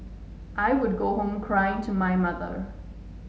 I would go home crying to my mother